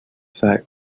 flag